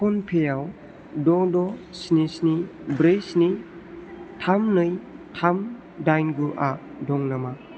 phone पेआव द' द' स्नि स्नि ब्रै स्नि थाम नै थाम डाइन गुआ दं नामा